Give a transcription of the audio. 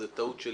זו טעות שלי.